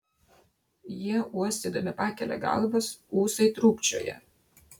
jie uostydami pakelia galvas ūsai trūkčioja